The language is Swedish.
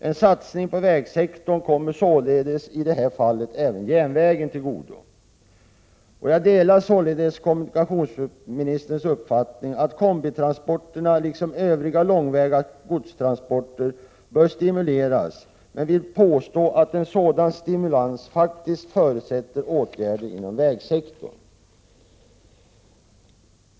En satsning på vägsektorn kommer således i det här fallet även järnvägen till godo. Jag delar således kommunikationsministerns uppfattning att kombitransporterna liksom övriga långväga godstransporter bör stimuleras men jag vill påstå att en sådan stimulans faktiskt förutsätter åtgärder inom vägsektorn.